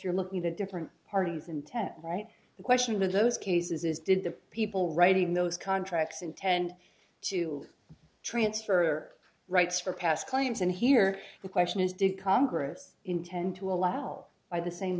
you're looking the different parties intent right the question with those cases is did the people writing those contracts intend to transfer their rights for past claims and here the question is did congress intend to allow all by the same